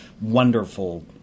wonderful